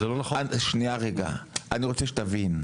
אני רוצה שתבין.